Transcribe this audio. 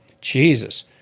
jesus